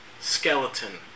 skeleton